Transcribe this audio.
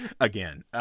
again